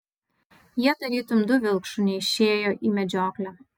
jie tarytum du vilkšuniai išėjo į medžioklę